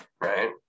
Right